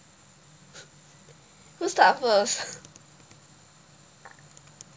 who start first